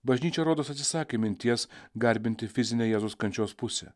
bažnyčia rodos atsisakė minties garbinti fizinę jėzaus kančios pusę